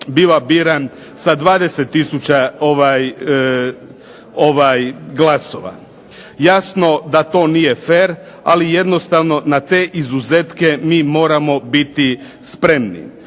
biva biran sa 20 tisuća glasova. Jasno da to nije fer, ali jednostavno na te izuzetke mi moramo biti spremni.